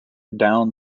down